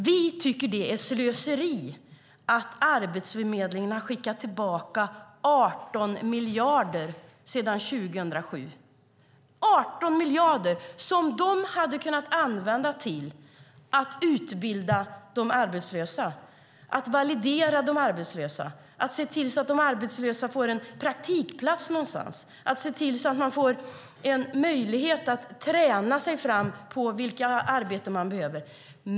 Vi tycker att det är slöseri att arbetsförmedlingarna har skickat tillbaka 18 miljarder sedan 2007. Det är 18 miljarder som de hade kunnat använda till att utbilda de arbetslösa, att validera dem och se till att de får en praktikplats någonstans och en möjlighet att träna sig fram på arbetsmarknaden.